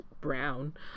brown